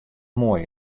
moai